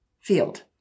field